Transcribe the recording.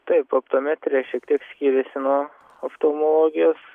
taip optometrija šiek tiek skiriasi nuo oftalmologijos